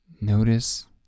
notice